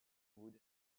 wood